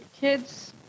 kids